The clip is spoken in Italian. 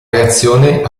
reazione